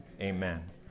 amen